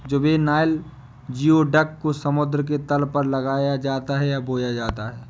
juvenile geoduck को समुद्र के तल पर लगाया है या बोया जाता है